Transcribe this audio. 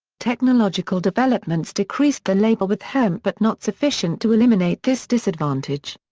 technological developments decreased the labor with hemp but not sufficient to eliminate this disadvantage.